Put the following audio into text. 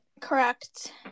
Correct